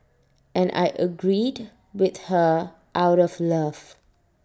and I agreed with her out of love